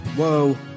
Whoa